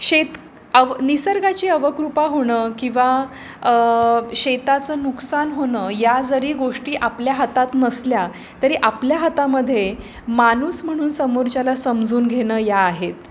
शेत अव निसर्गाची अवकृपा होणं किंवा शेताचं नुकसान होणं या जरी गोष्टी आपल्या हातात नसल्या तरी आपल्या हातामध्ये माणूस म्हणून समोरच्याला समजून घेनं या आहेत